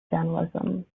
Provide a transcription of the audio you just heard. journalism